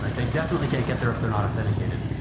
like they definitely can't get there if they're not authenticated.